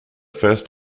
first